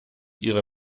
ihre